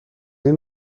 این